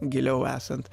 giliau esant